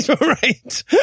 right